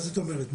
מה זאת אומרת?